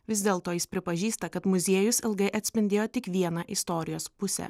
vis dėlto jis pripažįsta kad muziejus ilgai atspindėjo tik vieną istorijos pusę